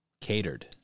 Catered